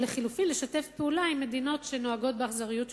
או לחלופין לשתף פעולה עם מדינות שנוהגות באכזריות שכזו,